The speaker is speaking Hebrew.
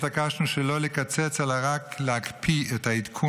התעקשנו שלא לקצץ אלא רק להקפיא את העדכון